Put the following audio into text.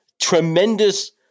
tremendous